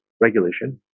regulation